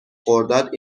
خرداد